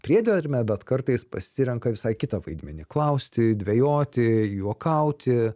priedermę bet kartais pasirenka visai kitą vaidmenį klausti dvejoti juokauti